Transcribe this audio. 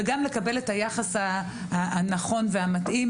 וגם לקבל את היחס הנכון והמתאים,